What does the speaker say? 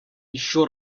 еще